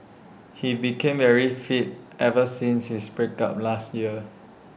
he became very fit ever since his break up last year